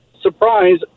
Surprise